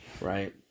right